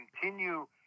continue